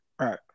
Right